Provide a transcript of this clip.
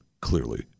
clearly